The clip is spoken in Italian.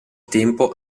tempo